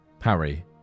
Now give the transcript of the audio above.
Harry